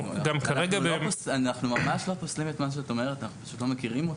אנחנו ממש לא פוסלים את מה שאת אומרת אנחנו פשוט לא מכירים אותו.